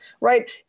right